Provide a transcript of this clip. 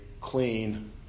clean